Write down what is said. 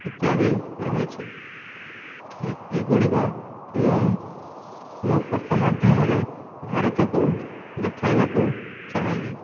ଇତ୍ୟାଦି ରହିଛି ଏ ଏଗୁଡ଼ିକ ମୁଁ ମୋ ଫଟୋ ମାଧ୍ୟମରେ ଭାରତକୁ ଦେଖାଇବାକୁ ଚାହିଁବି